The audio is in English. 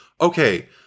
Okay